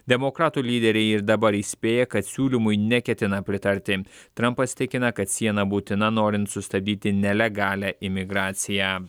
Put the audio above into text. demokratų lyderiai ir dabar įspėja kad siūlymui neketina pritarti trumpas tikina kad siena būtina norint sustabdyti nelegalią imigraciją